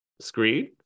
screen